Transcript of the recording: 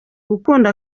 gukunda